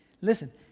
listen